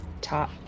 top